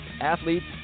athletes